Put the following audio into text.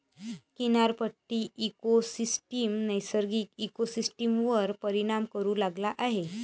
किनारपट्टी इकोसिस्टम नैसर्गिक इकोसिस्टमवर परिणाम करू लागला आहे